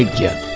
and give